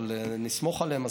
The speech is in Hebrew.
אבל נסמוך עליהם,